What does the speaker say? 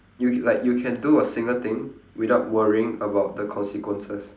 you c~ like you can do a single thing without worrying about the consequences